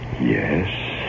Yes